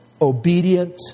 obedient